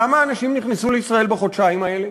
כמה אנשים נכנסו לישראל בחודשיים האלה?